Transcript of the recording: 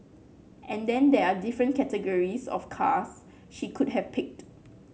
and then there are different categories of cars she could have picked